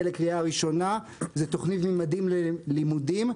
לקריאה ראשונה זה תכנית ממדים ללימודים,